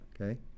Okay